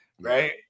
Right